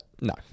No